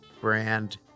brand